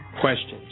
questions